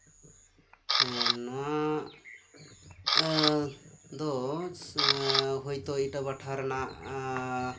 ᱱᱚᱣᱟ ᱫᱚ ᱦᱳᱭᱛᱳ ᱤᱴᱟᱹ ᱵᱷᱟᱴᱟ ᱨᱮᱱᱟᱜ